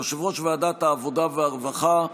יושבת-ראש ועדת העבודה והרווחה,